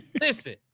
listen